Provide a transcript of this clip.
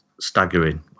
staggering